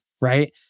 right